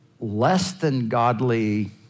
less-than-godly